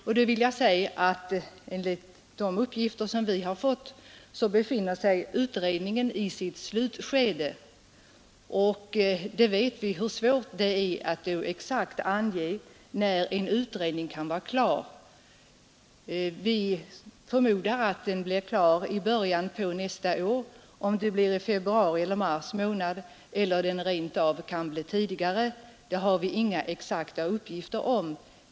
På det vill jag svara, att enligt de uppgifter som vi har fått befinner sig utredningen i sitt slutskede. Vi vet hur svårt det är att exakt ange när en utredning kan vara klar, men vi förmodar att den här utredningen blir klar i början av nästa år. Om det blir i februari eller mars månad eller rent av tidigare har vi inga exakta uppgifter om.